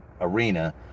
arena